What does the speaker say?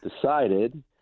decided